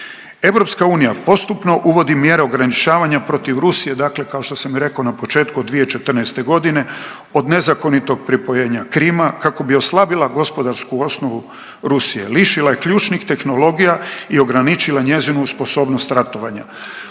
prijetnju. EU postupno uvodi mjere ograničavanja protiv Rusije, dakle kao što sam rekao i na početku od 2014.g., od nezakonitog pripojenja Krima, kako bi oslabila gospodarsku osnovu Rusije, lišila je ključnih tehnologija i ograničila njezinu sposobnost ratovanja.